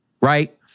right